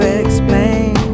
explain